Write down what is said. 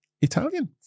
Italian